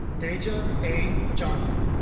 deja a. johnson.